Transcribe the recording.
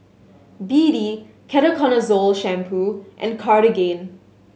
B D Ketoconazole Shampoo and Cartigain